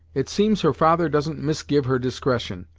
it seems her father doesn't misgive her discretion,